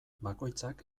bakoitzak